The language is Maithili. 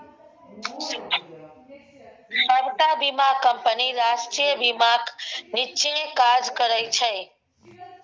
सबटा बीमा कंपनी राष्ट्रीय बीमाक नीच्चेँ काज करय छै